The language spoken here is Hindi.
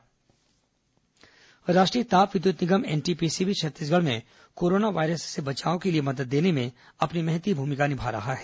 कोरोना एनटीपीसी राष्ट्रीय ताप विद्युत निगम एनटीपीसी भी छत्तीसगढ़ में कोरोना वायरस से बचाव के लिए मदद देने में अपनी महती भूमिका निभा रहा है